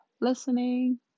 listening